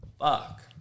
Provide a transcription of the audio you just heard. Fuck